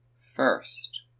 First